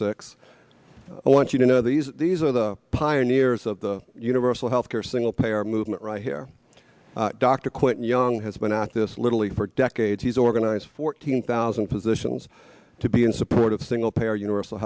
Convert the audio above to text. six i want you to know these these are the pioneers of the universal health care single payer movement right here dr quinn young has been at this literally for decades he's organized fourteen thousand physicians to be in support of single payer universal